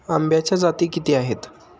आंब्याच्या जाती किती आहेत?